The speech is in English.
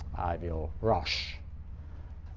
i will rush.